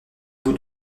bout